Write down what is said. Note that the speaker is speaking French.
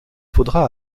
faudra